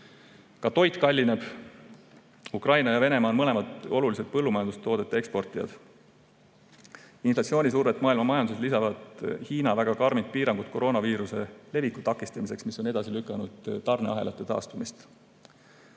Ka toit kallineb. Ukraina ja Venemaa on mõlemad olulised põllumajandustoodete eksportijad. Inflatsioonisurvet maailma majanduses lisavad Hiina väga karmid piirangud koroonaviiruse leviku takistamiseks, mis on edasi lükanud tarneahelate taastumist.